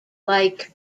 like